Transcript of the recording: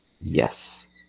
yes